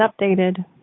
updated